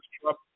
Trump